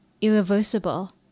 irreversible